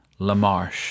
LaMarche